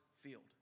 field